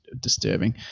disturbing